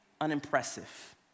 unimpressive